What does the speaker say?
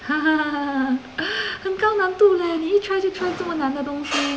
很高难度 leh 你一 try 就 try 这么难的东西